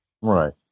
Right